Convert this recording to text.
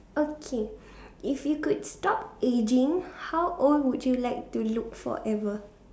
okay if you could stop aging how old would you like to look forever